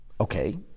okay